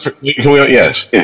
Yes